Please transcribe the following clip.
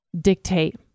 dictate